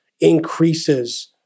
increases